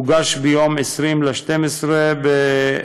הוגש ביום 20 בדצמבר